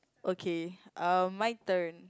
okay uh my turn